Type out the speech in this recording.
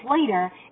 later